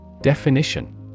Definition